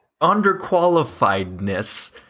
underqualifiedness